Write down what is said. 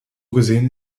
gesehen